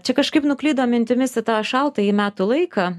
čia kažkaip nuklydom mintimis į tą šaltąjį metų laiką